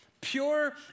pure